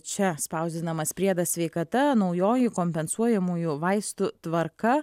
čia spausdinamas priedas sveikata naujoji kompensuojamųjų vaistų tvarka